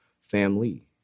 family